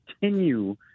continue